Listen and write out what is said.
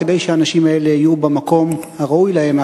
כדי שהאנשים האלה יהיו במקום הראוי להם,